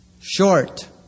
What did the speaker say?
short